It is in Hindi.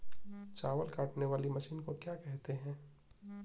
चावल काटने वाली मशीन को क्या कहते हैं?